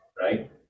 right